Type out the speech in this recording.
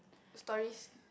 stories